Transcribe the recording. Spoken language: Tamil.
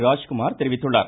ராஜ்குமார் தெரிவித்துள்ளார்